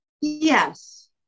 yes